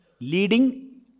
leading